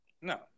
No